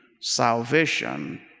salvation